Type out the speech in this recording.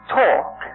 talk